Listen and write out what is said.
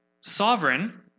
sovereign